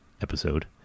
episode